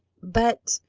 but,